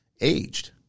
aged